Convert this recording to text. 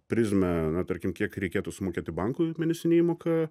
prizmę na tarkim kiek reikėtų sumokėti bankui mėnesinę įmoką